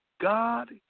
God